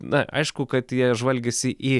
na aišku kad jie žvalgėsi į